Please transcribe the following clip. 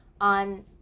on